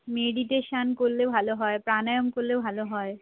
meditation করলে ভালো হয় প্রাণায়াম করলে ভালো হয়